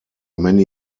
many